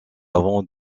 avant